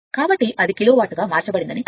కాబట్టి అది kilowatt గా మార్చబడిందని అర్థం